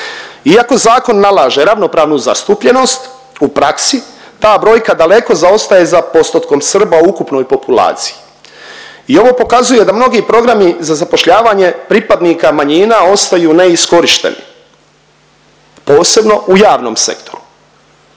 Iako zakon nalaže ravnopravnu zastupljenost u praksi ta brojka daleko zaostaje za postotkom Srba u ukupnoj populaciji. I ovo pokazuje da mnogi programi za zapošljavanje pripadnika manjina ostaju neiskorišteni posebno u javnom sektoru,